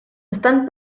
estan